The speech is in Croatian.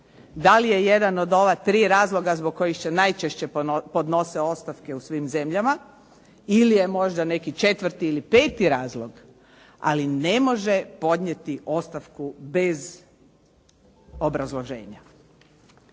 Da li je jedan od ova 3 razloga zbog kojih se najčešće podnose ostavke u svim zemljama ili je možda neki 4. ili 5. razlog, ali ne može podnijeti ostavku bez obrazloženja.